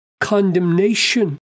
condemnation